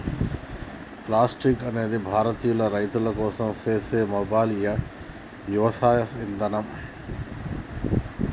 Plantix అనేది భారతీయ రైతుల కోసం సేసే మొబైల్ యవసాయ ఇదానం